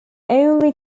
only